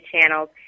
channels